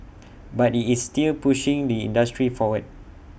but IT is still pushing the industry forward